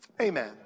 Amen